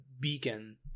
beacon